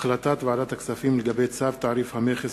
החלטת ועדת הכספים לגבי צו תעריף המכס